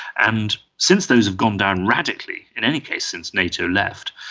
and since those have gone down radically, in any case since nato left,